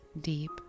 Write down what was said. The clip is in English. deep